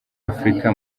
africa